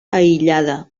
aïllada